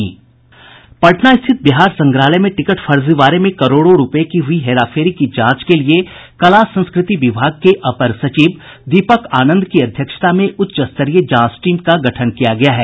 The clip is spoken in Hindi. पटना स्थित बिहार संग्रहालय में टिकट फर्जीवाड़े में करोड़ों रूपये की हुई हेराफेरी की जांच के लिए कला संस्कृति विभाग के अपर सचिव दीपक आनंद की अध्यक्षता में उच्च स्तरीय जांच टीम का गठन किया गया है